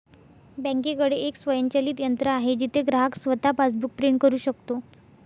बँकेकडे एक स्वयंचलित यंत्र आहे जिथे ग्राहक स्वतः पासबुक प्रिंट करू शकतो